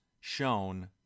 shown